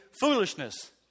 foolishness